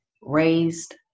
raised